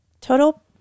total